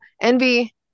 envy